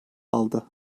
aldı